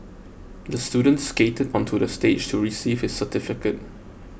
the student skated onto the stage to receive his certificate